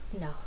No